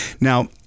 Now